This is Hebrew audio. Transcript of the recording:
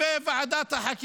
העמדה שלכם לגבי ועדת החקירה,